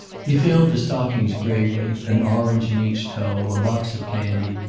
he filled the stockings bravely, an orange in each toe, a box of candy,